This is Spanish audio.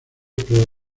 pro